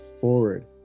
forward